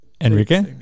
Enrique